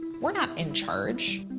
we're not in charge.